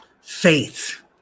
faith